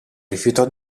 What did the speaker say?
rifiutò